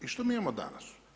I što mi imamo danas?